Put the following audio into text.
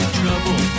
trouble